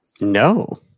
No